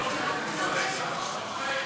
לא צריך